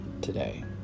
today